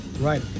Right